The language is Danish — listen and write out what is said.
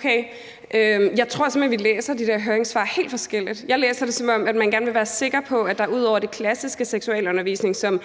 hen, at vi læser de der høringssvar helt forskelligt. Jeg læser det, som om man gerne vil være sikker på, at der ud over den klassiske seksualundervisning om